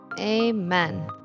Amen